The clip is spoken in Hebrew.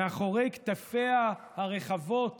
מאחורי כתפיה הרחבות